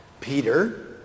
Peter